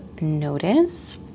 notice